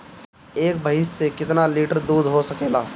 एक भइस से कितना लिटर दूध हो सकेला?